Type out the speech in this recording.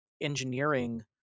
engineering